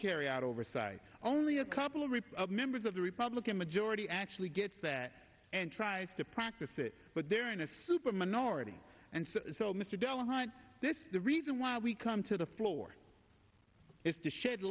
carry out oversight only a couple rips of members of the republican majority actually gets that and tries to practice it but they're in a super minority and so mr delahunt this the reason why we come to the floor is to sh